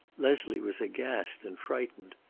leslie was aghast and frightened.